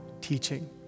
teaching